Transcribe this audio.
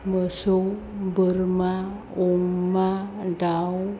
मोसौ बोरमा अमा दाउ